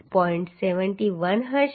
7l હશે